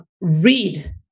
read